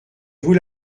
vous